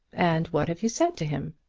and what have you said to him?